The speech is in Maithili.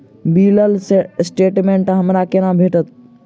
बिलक स्टेटमेंट हमरा केना भेटत?